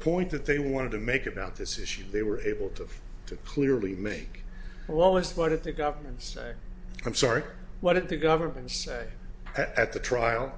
point that they wanted to make about this issue they were able to to clearly make a long list but if the government say i'm sorry what did the government say at the trial